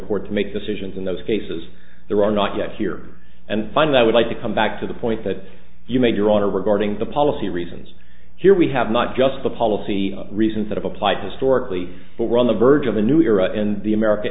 court to make decisions in those cases there are not yet here and find that i would like to come back to the point that you made your honor regarding the policy reasons here we have not just the policy reasons that i've applied historically but we're on the verge of a new era in the america